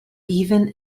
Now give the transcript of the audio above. even